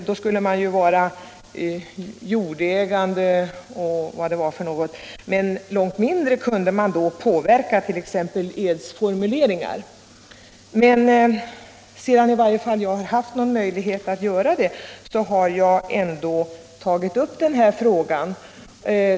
Då skulle man vara jordägande och allt vad det var. Och då kunde man ju alls inte påverka t.ex. edsformuleringen. Men sedan jag nu ändå har haft någon möjlighet att göra det har jag tagit upp denna fråga.